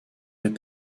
with